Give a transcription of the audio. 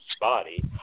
body